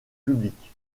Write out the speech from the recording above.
public